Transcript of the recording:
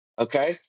Okay